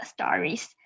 stories